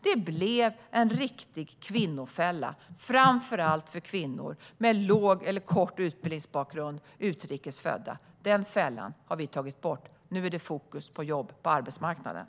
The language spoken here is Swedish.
Det blev en riktig kvinnofälla, framför allt för kvinnor med låg eller kort utbildningsbakgrund och utrikes födda. Den fällan har vi tagit bort. Nu är det fokus på jobb på arbetsmarknaden.